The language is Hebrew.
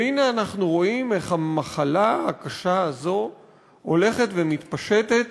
והנה אנחנו רואים איך המחלה הקשה הזו הולכת ומתפשטת